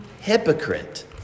hypocrite